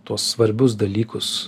tuos svarbius dalykus